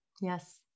Yes